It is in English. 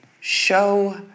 show